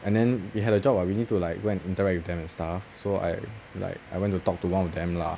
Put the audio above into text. and then we had a job [what] we need to like go and interact with them and stuff so I like I went to talk to one of them lah